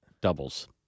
doubles